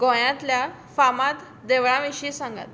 गोंयांतल्या फामाद देवळां विशीं सांगात